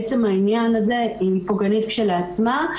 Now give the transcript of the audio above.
עצם העניין הזה היא פוגענית כשלעצמה.